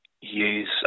use